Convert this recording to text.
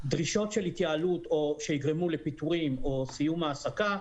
שדרישות של התייעלות שיגרמו לפיטורים או סיום העסקה,